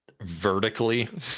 vertically